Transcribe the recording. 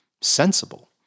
sensible